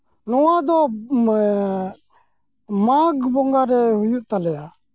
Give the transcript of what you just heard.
ᱱᱚᱣᱟ ᱫᱚ ᱢᱟᱜᱽ ᱵᱚᱸᱜᱟ ᱨᱮ ᱦᱩᱭᱩᱜ ᱛᱟᱞᱮᱭᱟ